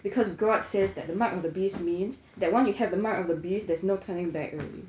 because god says that the mark on the beast means that once you have the mark of the beast there's no turning back already